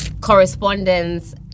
correspondence